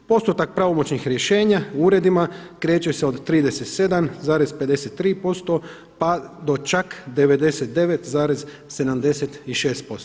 Postotak pravomoćnih rješenja u uredima kreće se od 37,53%, pa do čak 99,76%